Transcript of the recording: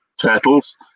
turtles